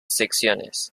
secciones